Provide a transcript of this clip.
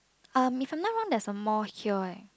uh if I'm not wrong there's a mall here eh